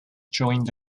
joined